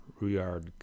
Ruyard